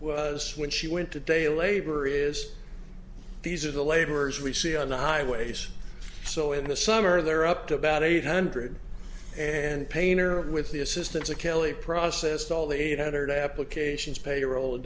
was when she went to day labor is these are the laborers we see on the highways so in the summer they're up to about eight hundred and painter and with the assistance of kelly processed all eight hundred applications payroll